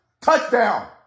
Touchdown